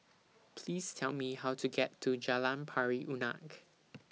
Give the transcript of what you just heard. Please Tell Me How to get to Jalan Pari Unak